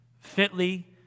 Fitly